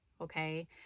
okay